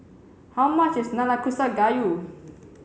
how much is Nanakusa Gayu